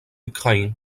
ukraine